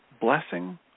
Blessing